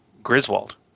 Griswold